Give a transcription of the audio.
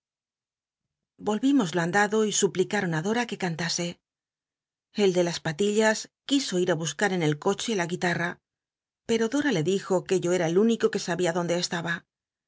vohimos lo andado y suplicaron i doa que cantase el de las patillas quiso ir busc u en el coche la guilaita pero dora le dijo que yo era el único que sabia donde estaba